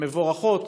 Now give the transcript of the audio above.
הן מבורכות.